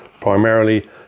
Primarily